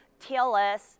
TLS